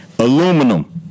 Aluminum